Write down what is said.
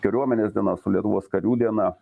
kariuomenės diena su lietuvos karių diena